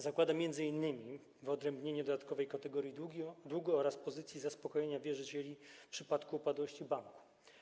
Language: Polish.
Zakłada m.in. wyodrębnienie dodatkowej kategorii długu oraz pozycji zaspokojenia wierzycieli w przypadku upadłości banku.